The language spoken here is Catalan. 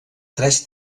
tres